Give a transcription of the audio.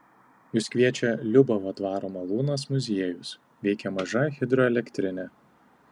jus kviečia liubavo dvaro malūnas muziejus veikia maža hidroelektrinė